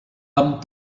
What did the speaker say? amb